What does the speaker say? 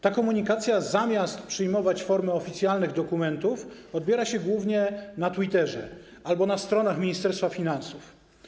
Ta komunikacja, zamiast przyjmować formy oficjalnych dokumentów, opiera się głównie na Twitterze albo na stronach Ministerstwa Finansów.